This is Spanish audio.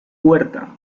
huerta